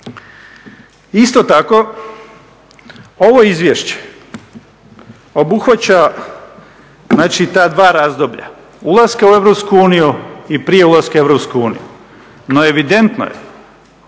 Isto tako ovo izvješće obuhvaća ta dva razdoblja, ulaska u EU i prije ulaska u EU. No evidentno je